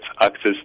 access